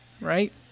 right